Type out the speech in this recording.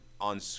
on